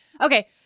Okay